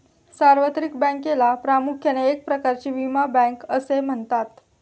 सार्वत्रिक बँकेला प्रामुख्याने एक प्रकारची विमा बँक असे म्हणतात